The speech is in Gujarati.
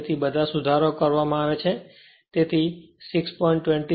તેથી બધા સુધારાઓ કરવામાં આવ્યા છે તેથી 6